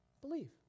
Believe